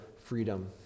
freedom